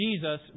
Jesus